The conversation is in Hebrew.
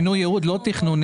שינוי יעוד לא תכנוני.